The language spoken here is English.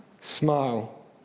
smile